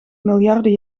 miljarden